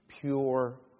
pure